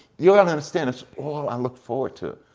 you don't understand, that's all i look forward too.